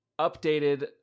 updated